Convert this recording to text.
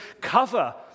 Cover